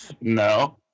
No